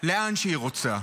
ולאן שהיא רוצה.